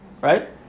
Right